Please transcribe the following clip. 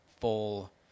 full